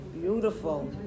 Beautiful